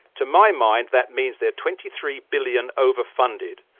to my mind that means they're twenty three billion over-funded,